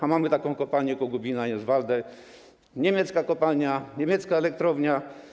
A mamy taką kopalnię, koło Gubina jest niemiecka kopalnia, niemiecka elektrownia.